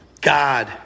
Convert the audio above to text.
god